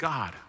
God